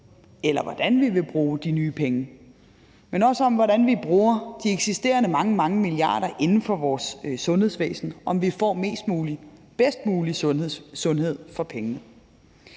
eller hvordan vi vil bruge de nye penge, men også om, hvordan vi bruger de eksisterende mange, mange milliarder inden for vores sundhedsvæsen, altså om vi får mest mulig og bedst mulig sundhed for pengene.